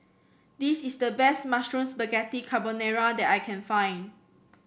this is the best Mushroom Spaghetti Carbonara that I can find